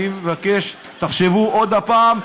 אני מבקש שתחשבו עוד פעם,